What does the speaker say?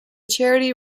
charity